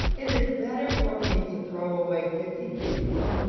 it is better for me to throw away fifty guineas,